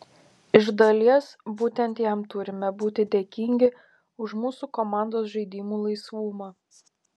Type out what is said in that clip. iš dalies būtent jam turime būti dėkingi už mūsų komandos žaidimo laisvumą